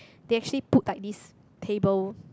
they actually put like these tables